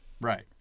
Right